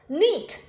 neat